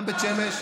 גם בית שמש?